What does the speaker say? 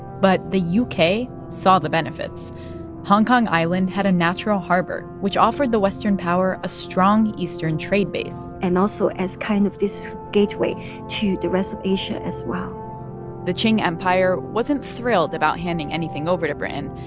but the u k. saw the benefits hong kong island had a natural harbor, which offered the western power a strong eastern trade base and also as kind of this gateway to the rest of asia as well the qing empire wasn't thrilled about handing anything over to britain,